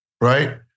right